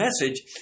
message